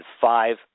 five